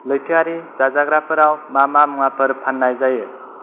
लैथोआरि जाजाग्राफोराव मा मा मुवाफोर फान्नाय जायो